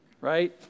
Right